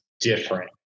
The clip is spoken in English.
different